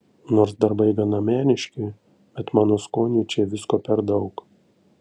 nors darbai gana meniški bet mano skoniui čia visko per daug